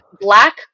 black